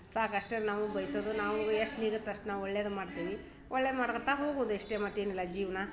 ಸಾಕು ಅಷ್ಟೇ ನಾವೂ ಬಯಸೋದು ನಾವೂ ಎಷ್ಟು ನೀಗತ್ತೆ ಅಷ್ಟು ನಾವು ಒಳ್ಳೇದು ಮಾಡ್ತೀವಿ ಒಳ್ಳೇದು ಮಾಡ್ಕತ್ತ ಹೋಗುದು ಅಷ್ಟೇ ಮತ್ತು ಏನಿಲ್ಲ ಜೀವನ